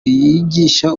yigisha